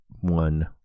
one